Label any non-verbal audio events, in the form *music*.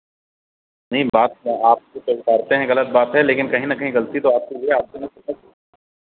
नहीं बात आपकी स्वीकारते हैं गलत बात है लेकिन कहीं ना कहीं गलती तो आपकी भी है आपको भी *unintelligible*